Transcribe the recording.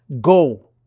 go